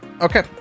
Okay